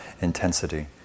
intensity